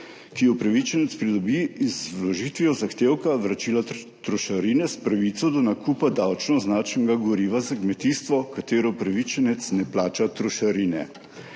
ki jo upravičenec pridobi z vložitvijo zahtevka Vračilo trošarine s pravico do nakupa davčno označenega goriva za kmetijstvo, za katerega upravičenec ne plača trošarine.